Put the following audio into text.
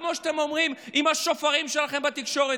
כמו שאתם אומרים עם השופרות שלכם בתקשורת,